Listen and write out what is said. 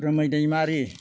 रोमै दैमारि